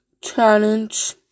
challenge